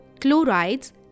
chlorides